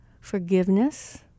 forgiveness